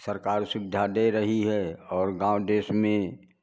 सरकार सुविधा दे रही है और गाँव देश में